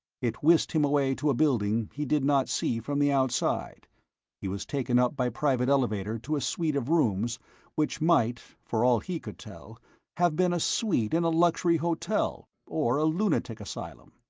it whisked him away to a building he did not see from the outside he was taken up by private elevator to a suite of rooms which might for all he could tell have been a suite in a luxury hotel or a lunatic asylum.